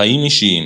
חיים אישיים